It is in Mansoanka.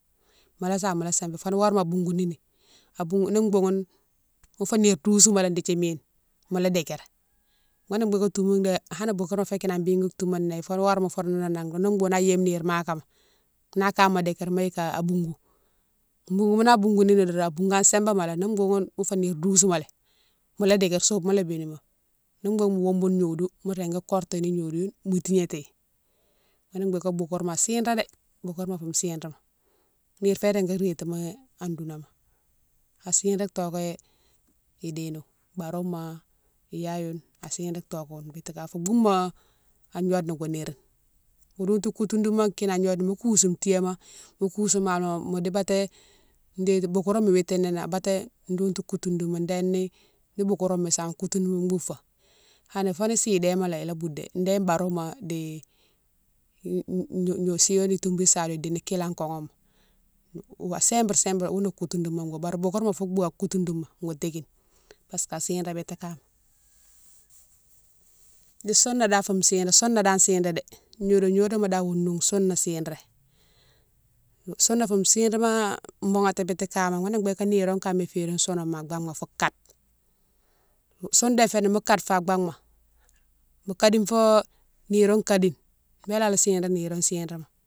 Mola same mola sanfi foni horéma bougouni ni, a bougoune, ni bougoune mofé nire tousoumalé dékdi mine mola dikére ghounne bigué toumou dé hanne bourgouma féni kine an bigui touma né fo horéma fourné nan ni boughoune ayéye nire makama na kama dikire mo yike ka boungou boungoune aboungouni doron aboungane a sébémalé ni boughoune fé nire dousoumalé mola dikire soubouma la bénimo, ni boughoune mo wouboune gnodiou mo régui kortini gnodiou ghoune mo tignatighi ghounné bigué bougourma a chig-ré dé, bougourma fou chig-réma, nirema fé régui rrétimi an dounama, a chig-ré toké idénone, baroma, iya yone a chig-ré doké ghoune biti kama, fou bouma an gnode na wo go nérine, mo rotou koutou dima kinan an gnode, mo kousou tiyéma, mo kousou malima modi baté dékdi bougourma witini ni baté douiltou koutoudima déni ni bougourma same koutoudima boufo, hanni foni sih déma ila bou dé déne baroma di gno sighone toumbou sade idini kilangohoma wa sempre sempre ghoune koutoudima wo bar, bari bougourma foune fou bou an koutoudima go tékine parce que chig-ré biti kama. Di sousane dane foune chig-ré, souna dane chig-ré dé, gnodone gnodoma wo noung souna chig-ré, souna fou chig-réma boughati biti ka ma, ghounné bigué nirone kama iférine sounoma an baghma fou kade, soune dé féni mo kade fo a baghma, mo kadine fo nirone kadi bélé ala chig-ré nirone chig-réma.